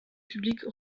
publics